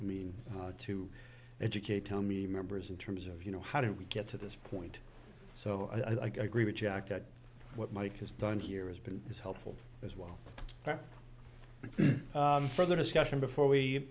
i mean to educate tell me members in terms of you know how do we get to this point so i gree with jack that what mike has done here has been as helpful as well for the discussion before we